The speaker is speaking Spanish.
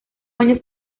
año